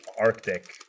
Arctic